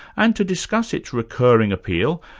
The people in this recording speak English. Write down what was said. and to discuss its recurring appeal,